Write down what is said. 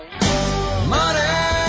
Money